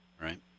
right